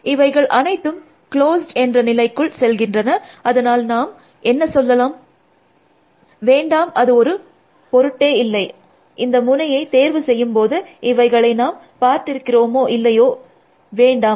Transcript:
இவைகள் அனைத்தும் க்ளோஸ்ட் என்ற நிலைக்குள் செல்கின்றன அதனால் நாம் என்ன சொல்லலாம் வேண்டாம் அது ஒரு பொருட்டே இல்லை இந்த முனையை தேர்வு செய்யும் போது இவைகளை நாம் பார்த்திருக்கிறோமோ இல்லையோ வேண்டாம்